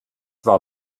war